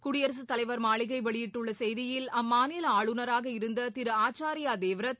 குடியரசுத் தலைவர் மாளிகை வெளியிட்டுள்ள செய்தியில் அம்மாநில ஆளுநராக இருந்த திரு ஆச்சாரியா தேவ்ரத்